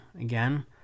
again